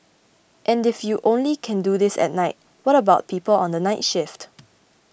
and if you only can do this at night what about people on the night shift